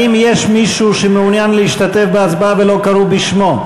האם יש מישהו שמעוניין להשתתף בהצבעה ולא קראו בשמו?